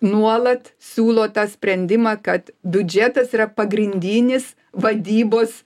nuolat siūlo tą sprendimą kad biudžetas yra pagrindinis vadybos